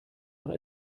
noch